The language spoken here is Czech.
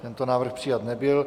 Tento návrh přijat nebyl.